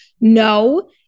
No